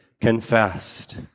confessed